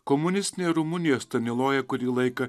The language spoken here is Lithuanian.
komunistinėj rumunijoj staniloja kurį laiką